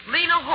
Lena